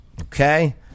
Okay